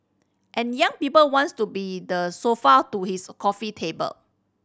and young people wants to be the sofa to his coffee table